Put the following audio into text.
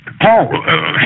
Paul